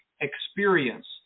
experience